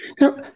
Now